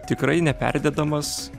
tikrai neperdėdamas